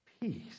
peace